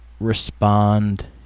respond